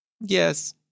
Yes